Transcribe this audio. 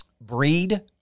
breed